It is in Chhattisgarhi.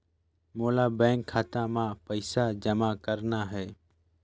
मोला बैंक खाता मां पइसा जमा करना हे?